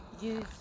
use